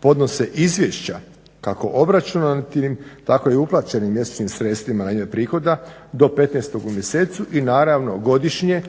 podnose izvješća kako obračunatim tako i uplaćenim mjesečnim sredstvima na ime prihoda do 15.u mjesecu i naravno godišnje